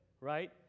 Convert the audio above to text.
right